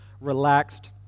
relaxed